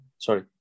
sorry